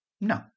No